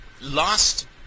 lost